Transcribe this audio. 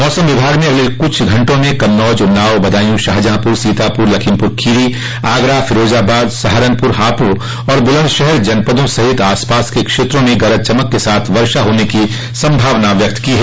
मौसम विभाग ने अगले कुछ घंटों में कन्नौज उन्नाव बदायू शाहजहांपुर सीतापुर लखीमपुर खीरी आगरा फिरोजाबाद सहारनपुर हापुड़ तथा बुलन्दशहर जनपदों सहित आसपास के क्षेत्रों में गरज चमक के साथ वर्षा की संभावना व्यक्त की है